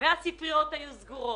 גם הספריות היו סגורות.